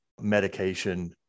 medication